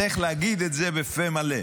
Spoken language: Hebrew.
צריך להגיד את זה בפה מלא.